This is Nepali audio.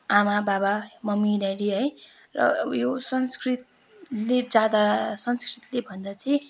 आमा बाबा मम्मी ड्याडी है र अब यो संस्कृतले ज्यादा संस्कृतले भन्दा चाहिँ